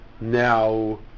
Now